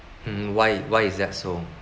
mm why why is that so